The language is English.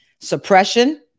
suppression